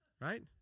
Right